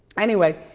anyway,